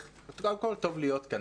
קודם כל, טוב להיות כאן.